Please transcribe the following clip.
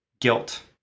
guilt